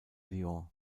lyon